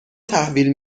تحویل